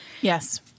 Yes